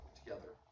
together